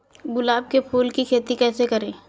गुलाब के फूल की खेती कैसे करें?